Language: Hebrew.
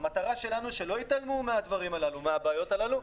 המטרה שלנו היא שלא יתעלמו מהדברים הללו ומהבעיות הללו,